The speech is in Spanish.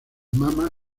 mama